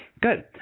Good